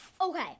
okay